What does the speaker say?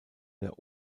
der